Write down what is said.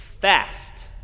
fast